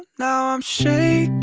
now i'm shaking,